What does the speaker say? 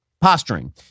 posturing